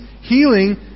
healing